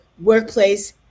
Workplace